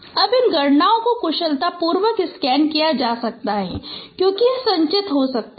अब इन गणनाओं को कुशलतापूर्वक स्कैन किया जा सकता है क्योंकि यह संचित हो सकता है